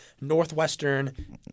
Northwestern